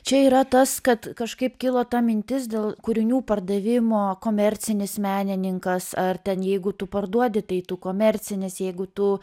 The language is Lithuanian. čia yra tas kad kažkaip kilo ta mintis dėl kūrinių pardavimo komercinis menininkas ar ten jeigu tu parduodi tai tu komercinis jeigu tu